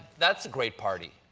that's a great party.